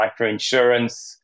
microinsurance